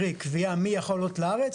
קרי קביעה מי יכול לעלות לארץ,